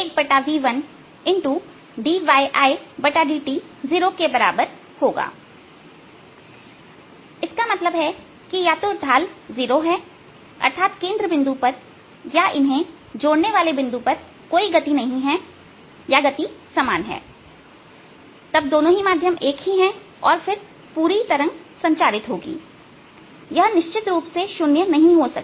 yI yT yTt yIt 1v21v1yTt 0 इसका मतलब है कि या तो ढाल जीरो है अर्थात केंद्र बिंदु पर या इन्हें जोड़ने वाले बिंदु पर कोई गति नहीं है या गति समान है तब दोनों माध्यम एक ही है और फिर पूरी तरंग संचारित होगी यह निश्चित रूप से शून्य नहीं हो सकता